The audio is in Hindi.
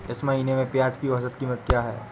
इस महीने में प्याज की औसत कीमत क्या है?